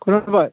खोनाबाय